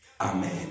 Amen